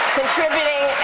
contributing